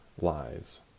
lies